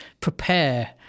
prepare